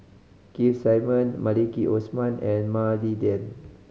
Keith Simmon Maliki Osman and Mah Li Lian